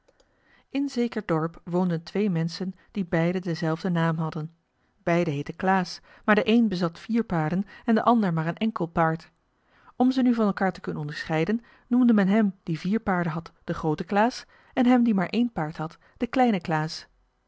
in zeker dorp woonden twee menschen die beiden denzelfden naam hadden beiden heetten klaas maar de een bezat vier paarden en de ander maar een enkel paard om ze nu van elkaar te kunnen onderscheiden noemde men hem die vier paarden had den grooten klaas en hem die maar één paard had den kleinen klaas